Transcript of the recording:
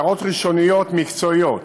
אלה הערות ראשוניות מקצועיות,